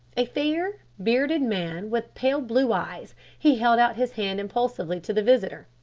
a fair, bearded man, with pale blue eyes, he held out his hand impulsively to the visitor,